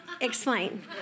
explain